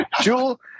Jewel